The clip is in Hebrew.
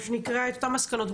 מה שנקרא את אותן מסקנות,